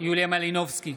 יוליה מלינובסקי,